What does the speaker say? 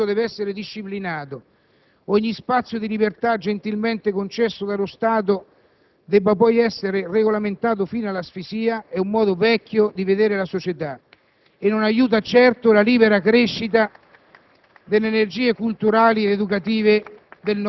Questa ossessione ideologica, in base alla quale tutto deve essere disciplinato, ogni spazio di libertà gentilmente concesso dallo Stato deve poi essere regolamentato fino all'asfissia, è un modo vecchio di vedere la società *(Applausi dai Gruppi*